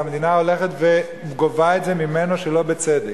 והמדינה הולכת וגובה את זה מהם שלא בצדק.